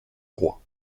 roi